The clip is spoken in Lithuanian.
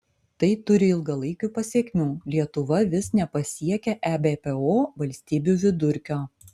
tai turi ilgalaikių pasekmių lietuva vis nepasiekia ebpo valstybių vidurkio